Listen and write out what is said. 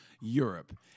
Europe